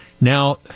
now